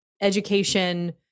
education